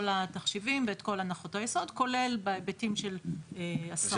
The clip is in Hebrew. התחשיבים ואת כל הנחות היסוד כולל בהיבטים של --- השאלה